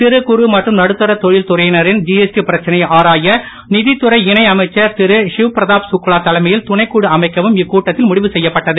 சிறு குறு மற்றும் நடுத்தரத் தொழில்துறையினரின் ஜிஎஸ்டி பிரச்சனையை ஆராய நிதித்துறை இணை அமைச்சர் திருஷிவ்பிரதாப் சுக்லா தலைமையில் துணைக்குழு அமைக்கவும் இக்கூட்டத்தில் ழுடிவு செய்யப்பட்டது